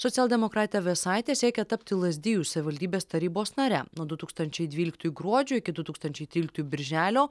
socialdemokratė vėsaitė siekia tapti lazdijų savivaldybės tarybos nare nuo du tūkstančiai dvyliktųjų gruodžio iki du tūkstančiai tryliktųjų birželio